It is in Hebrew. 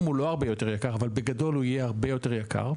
הוא לא הרבה יותר יקר אבל בגדול הוא יהיה הרבה יותר יקר,